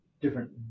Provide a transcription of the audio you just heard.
different